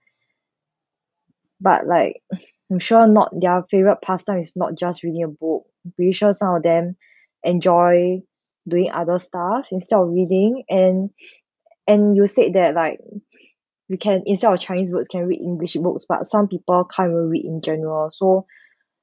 but like mm I'm sure not their favourite pastime is not just reading a book pretty sure some of them enjoy doing other stuff instead of reading and and you said that like uh you can instead of chinese roots can read english books but some people can't even read in general so